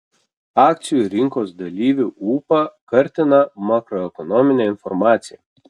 akcijų rinkos dalyvių ūpą kartina makroekonominė informacija